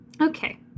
Okay